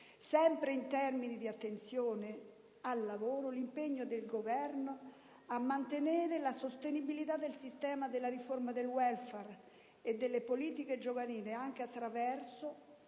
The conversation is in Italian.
sempre in termini di attenzione al lavoro, l'impegno del Governo a mantenere la sostenibilità del sistema del Welfare e delle politiche giovanili, anche attraverso